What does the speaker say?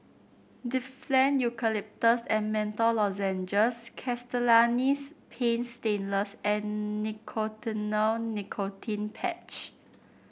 Difflam Eucalyptus and Menthol Lozenges Castellani's Paint Stainless and Nicotinell Nicotine Patch